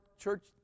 Church